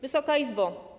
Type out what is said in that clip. Wysoka Izbo!